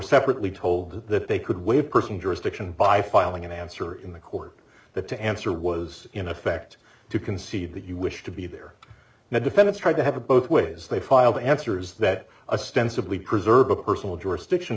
separately told that they could waive person jurisdiction by filing an answer in the court that to answer was in effect to concede that you wish to be there now defendants tried to have it both ways they filed answers that a stance of we preserve a personal jurisdiction